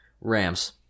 Rams